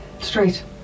Straight